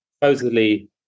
supposedly